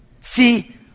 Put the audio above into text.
See